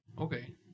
Okay